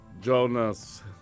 Jonas